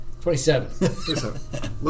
27